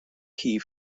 key